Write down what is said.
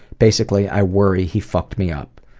basically, i worry he fucked me up.